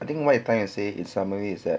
I think what you're trying to say in summary is that